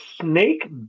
snake